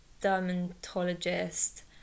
dermatologist